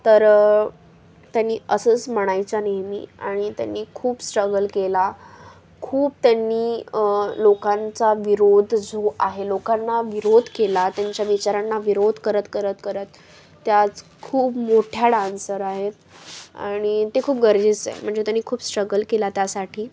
तर त्यांनी असंच म्हणायच्या नेहमी आणि त्यांनी खूप स्ट्रगल केला खूप त्यांनी लोकांचा विरोध जो आहे लोकांना विरोध केला त्यांच्या विचारांना विरोध करत करत करत त्या आज खूप मोठ्या डान्सर आहेत आणि ते खूप गरजेचं आहे म्हणजे त्यांनी खूप स्ट्रगल केला त्यासाठी